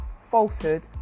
falsehood